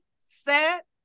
set